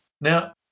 Now